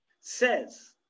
says